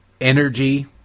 energy